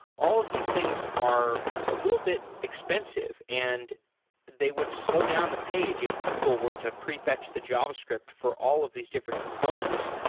all of these things are a little bit expensive and they would slow down the page of google were to pre-fetch the javascript for all of these different components,